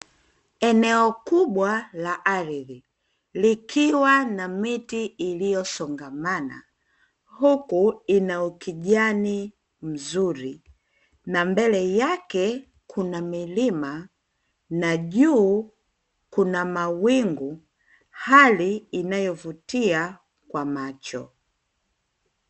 Eneo kubwa la ardhi likiwa na miti iliyosongamana, huku ina ukijani mzuri na mbele yake kuna milima na juu kuna mawingul; hali inayovutia kwa macho.